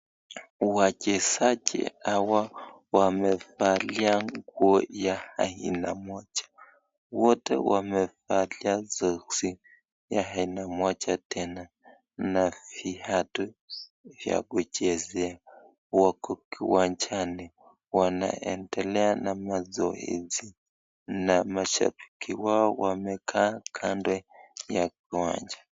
Wachezaji hawa wamevalia nguo ya aina moja, wote wamevalia soksi ya aina moja tana na viatu vya kuchezea, wako kiwanjani wanaendelea na mazoezi na mashabiki wao wamekaa kando ya uwanja.